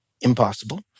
impossible